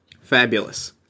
Fabulous